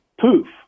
poof